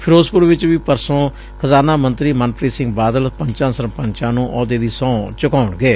ਫਿਰੋਜ਼ਪੁਰ ਚ ਵੀ ਪਰਸੋ ਖਜ਼ਾਨਾ ਮੰਤਰੀ ਮਨਪ੍ੀਤ ਸਿੰਘ ਬਾਦਲ ਪੰਚਾਂ ਸਰਪੰਚਾਂ ਨੂੰ ਆਹੁਦੇ ਦੀ ਸਹੁੰ ਚੁਕਾਉਣਗੇ